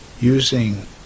Using